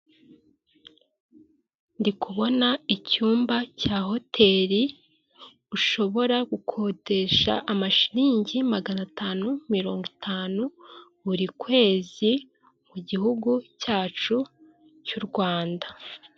Ndikubona icyumba cya hoteri, ushobora gukodesha amashiringi magana atanu mirongo itanu buri kwezi, mu gihugu cyacu cy'u Rwanda.